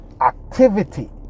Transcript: activity